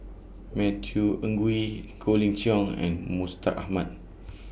Matthew Ngui Colin Cheong and Mustaq Ahmad